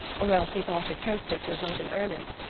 or else he thought his hostess was not in earnest,